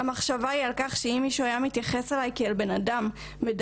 המחשבה היא על כך שאם מישהו היה מתייחס אלי כאל בן אדם - מדבר,